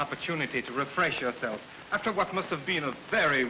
opportunity to refresh yourself after what must have been a very